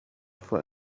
for